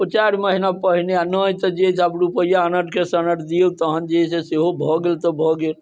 ओ चारि महिना पहिने नहि तऽ जे है से आब रूपैआ अनट के सनट दियौ तहन जे है से ओ भऽ गेल तऽ भऽ गेल